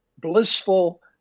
blissful